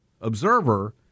Observer